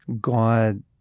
God